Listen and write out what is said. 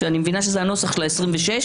אני מבינה שזה הנוסח של ה-26,